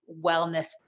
wellness